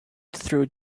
through